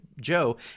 Joe